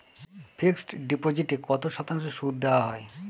Fixed ডিপোজিটে কত শতাংশ সুদ দেওয়া হয়?